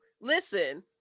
listen